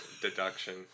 deduction